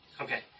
Okay